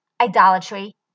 idolatry